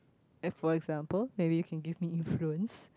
like for example maybe you can give me influence